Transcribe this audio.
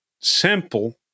simple